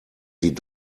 sie